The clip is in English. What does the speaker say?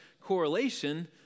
correlation